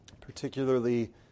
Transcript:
particularly